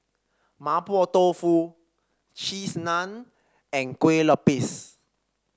Mapo Tofu Cheese Naan and Kue Lupis